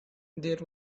there